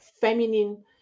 feminine